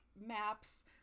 maps